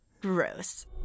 gross